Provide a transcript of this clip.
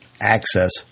access